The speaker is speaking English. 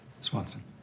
Swanson